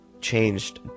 changed